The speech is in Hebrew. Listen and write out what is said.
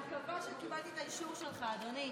אני מקווה שקיבלתי את האישור שלך, אדוני.